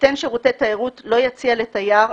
נותן שירותי תיירות לא יציע לתייר,